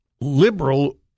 liberal